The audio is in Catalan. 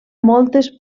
moltes